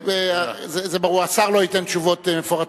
זה ברור, השר לא ייתן תשובות מפורטות.